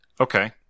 Okay